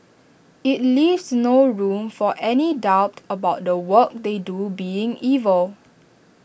IT leaves no room for any doubt about the work they do being evil